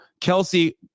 kelsey